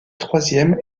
troisième